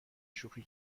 شوخی